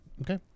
Okay